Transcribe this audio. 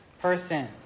person